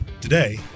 Today